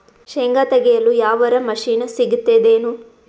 ಶೇಂಗಾ ತೆಗೆಯಲು ಯಾವರ ಮಷಿನ್ ಸಿಗತೆದೇನು?